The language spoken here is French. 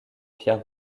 pierre